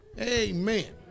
Amen